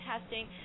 testing